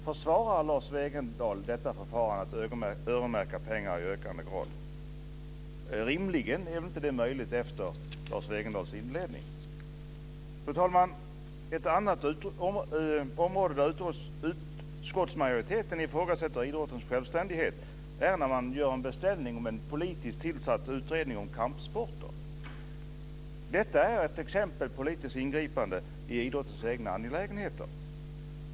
Försvarar Lars Wegendal detta förfarande att öronmärka pengar i ökande grad? Rimligen är inte det möjligt efter Lars Fru talman! Ett annat fall där utskottsmajoriteten ifrågasätter idrottens självständighet är när man gör en beställning om en politiskt tillsatt utredning om kampsporter. Detta är ett exempel på politiskt ingripande i idrottens egna angelägenheter.